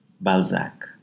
Balzac